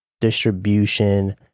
distribution